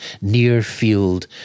near-field